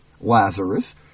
Lazarus